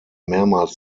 mehrmals